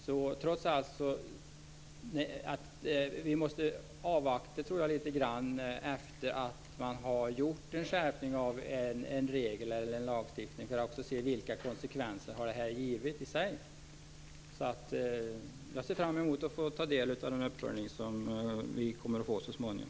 Jag tror att man måste avvakta litet grand efter det att man har gjort en skärpning av en regel eller av en lag för att se vilka konsekvenser det i sig har givit. Så jag ser fram emot att få ta del av den uppföljning som vi kommer att få så småningom.